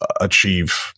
achieve